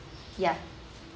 ya